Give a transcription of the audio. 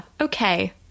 okay